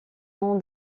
nom